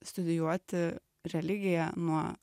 studijuoti religiją nuo